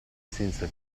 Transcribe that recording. senza